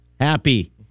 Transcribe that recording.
Happy